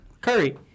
Curry